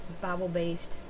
Bible-based